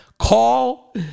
Call